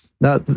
Now